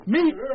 Meet